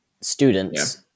students